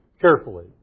carefully